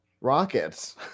rockets